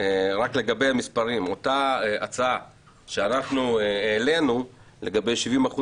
רק לגבי המספרים אותה הצעה שאנחנו העלנו לגבי 70%